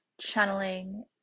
channeling